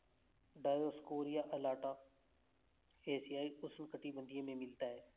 Dioscorea alata एशियाई उष्णकटिबंधीय में मिलता है